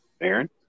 Aaron